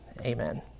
Amen